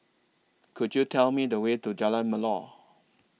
Could YOU Tell Me The Way to Jalan Melor